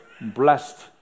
Blessed